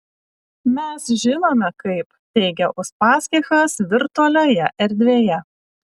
mes žinome kaip teigia uspaskichas virtualioje erdvėje